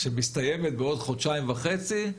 שמסתיימת בעוד חודשיים וחצי,